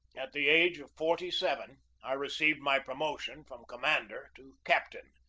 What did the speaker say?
at the age of forty-seven, i received my promotion from commander to captain,